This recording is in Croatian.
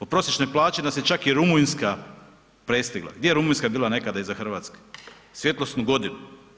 U prosječnoj plaći nas je čak i Rumunjska prestigla, gdje je Rumunjska bila nekada iza Hrvatske, svjetlosnu godinu.